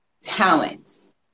talents